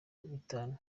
bitanu